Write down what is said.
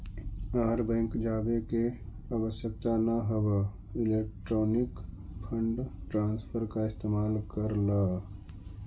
आर bank जावे के आवश्यकता न हवअ इलेक्ट्रॉनिक फंड ट्रांसफर का इस्तेमाल कर लअ